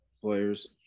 players